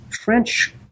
French